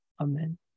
Amen